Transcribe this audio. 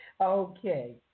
Okay